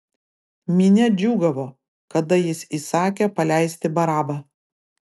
minia džiūgavo kada jis įsakė paleisti barabą